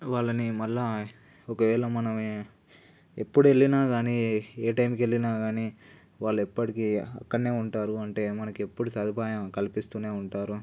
వాళ్ళని మళ్ళీ ఒకవేళ మన మనమే ఎప్పుడు వెళ్ళినా కానీ ఏ టైం వెళ్ళినా కానీ వాళ్ళు ఎప్పటికీ అక్కడనే ఉంటారు అంటే మనకు ఎప్పుడూ సదుపాయం కల్పిస్తూనే ఉంటారు